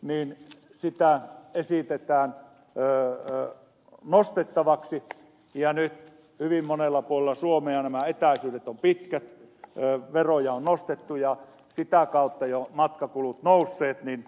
matkakulujen omavastuuta esitetään nostettavaksi ja nyt hyvin monella puolella suomea nämä etäisyydet ovat pitkät veroja on nostettu ja sitä kautta jo matkakulut nousseet